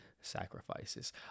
sacrifices